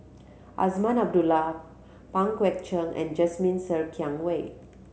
Azman Abdullah Pang Guek Cheng and Jasmine Ser Kiang Wei